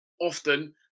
often